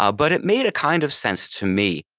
ah but it made a kind of sense to me.